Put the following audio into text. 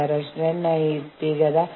അത് നഷ്ടപരിഹാരം നൽകുന്നതിനെ ബാധിക്കാം